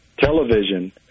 television